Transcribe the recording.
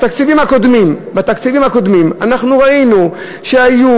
בתקציבים הקודמים אנחנו ראינו שהיו,